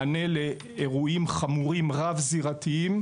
מענה לאירועים חמורים רב-זירתיים